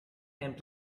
and